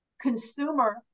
consumer